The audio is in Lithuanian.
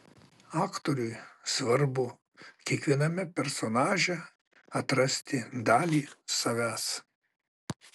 aktoriui svarbu kiekviename personaže atrasti dalį savęs